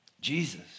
Jesus